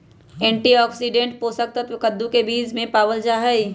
antioxidant और पोषक तत्व कद्दू के बीज में पावल जाहई